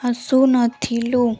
ଆସୁନଥିଲୁ